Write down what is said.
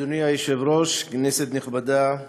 אדוני היושב-ראש, כנסת נכבדה.